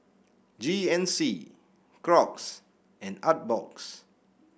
G N C Crocs and Artbox